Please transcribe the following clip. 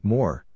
More